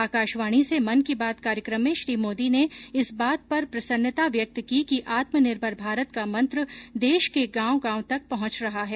आकाशवाणी से मन की बात कार्यक्रम में श्री मोदी ने इस बात पर प्रसन्नता व्यक्त की कि आत्मनिर्भर भारत का मंत्र देश के गांव गांव तक पहुंच रहा है